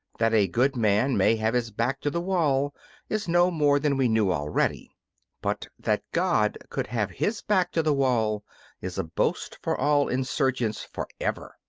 that a good man may have his back to the wall is no more than we knew already but that god could have his back to the wall is a boast for all insurgents for ever.